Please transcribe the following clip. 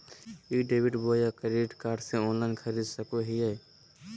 ई debit बोया credit card से online खरीद सको हिए?